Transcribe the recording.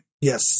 Yes